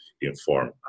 inform